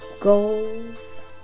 goals